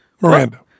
Miranda